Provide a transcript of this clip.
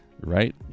right